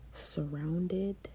Surrounded